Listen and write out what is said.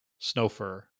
Snowfur